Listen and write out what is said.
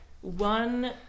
one